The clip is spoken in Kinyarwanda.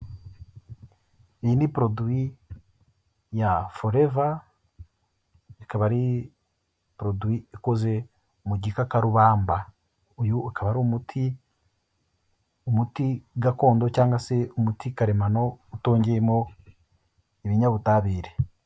Iyi ni produit ya forever. Ikaba ari produit ikoze mu gikakarubamba. Uyu ukaba ari umuti, umuti gakondo, cyangwa se umuti karemano utongeyemo ibinyabutabire.